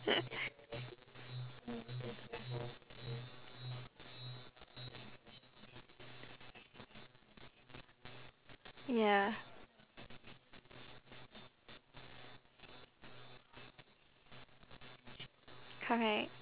ya correct